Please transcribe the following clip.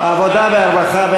העבודה והרווחה.